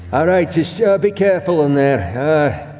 ah right, just be careful in there.